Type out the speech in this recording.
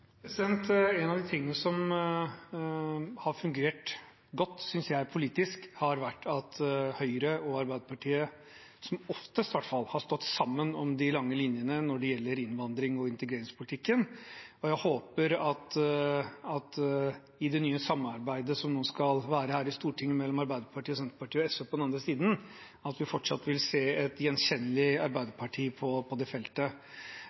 av de tingene som jeg synes har fungert godt politisk, har vært at Høyre og Arbeiderpartiet, som oftest i hvert fall, har stått sammen om de lange linjene når det gjelder innvandrings- og integreringspolitikken. Jeg håper at vi i det nye samarbeidet som nå skal være her i Stortinget mellom Arbeiderpartiet, Senterpartiet og SV på den andre siden, fortsatt vil se et gjenkjennelig arbeiderparti på det feltet.